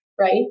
right